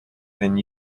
been